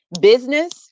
business